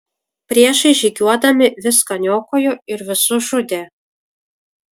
priešai žygiuodami viską niokojo ir visus žudė